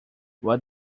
what